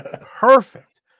perfect